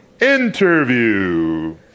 Interview